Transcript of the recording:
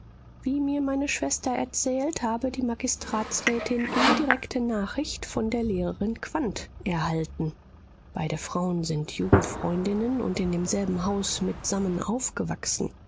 wie mir meine schwester erzählt habe die magistratsrätin indirekte nachricht von der lehrerin quandt erhalten beide frauen sind jugendfreundinnen und in demselben haus mitsammen aufgewachsen